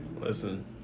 listen